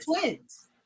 twins